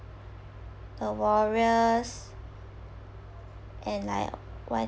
the walrus and like what